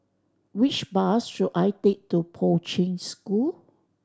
which bus should I take to Poi Ching School